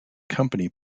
company